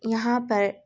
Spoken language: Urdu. یہاں پر